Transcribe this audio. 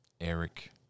Eric